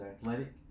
athletic